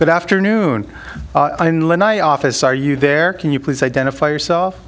but after noon office are you there can you please identify yourself